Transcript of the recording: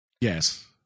Yes